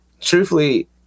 truthfully